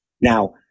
Now